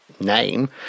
name